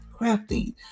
crafting